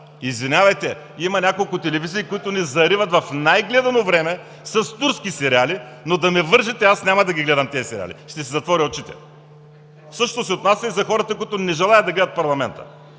Извинявайте, има няколко телевизии, които ни зариват в най-гледано време с турски сериали, но да ме вържете, аз няма да гледам тези сериали. Ще си затворя очите. Същото се отнася и за хората, които не желаят да гледат парламента.